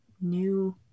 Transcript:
new